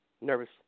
nervous